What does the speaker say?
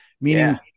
Meaning